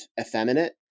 effeminate